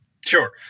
sure